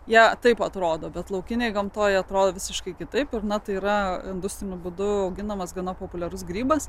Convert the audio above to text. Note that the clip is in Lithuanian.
jie taip atrodo bet laukinėj gamtoj atrodo visiškai kitaip ir na tai yra būsimą būdu auginamas gana populiarus grybas